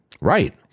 Right